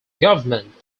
government